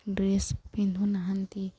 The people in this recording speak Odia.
ଡ୍ରେସ୍ ପିନ୍ଧୁନାହାନ୍ତି